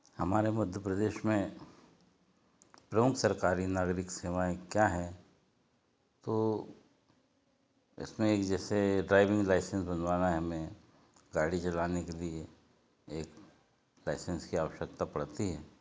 हमारे मध्य प्रदेश में प्रमुख सरकारी नागरिक सेवाएँ क्या हैं तो इसमें एक जैसे ड्राइविंग लाइसेंस बनवाना है हमें गाड़ी चलाने के लिए एक लाइसेंस की आवश्यकता पड़ती है